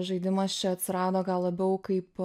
žaidimas čia atsirado gal labiau kaip